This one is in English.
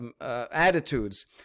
attitudes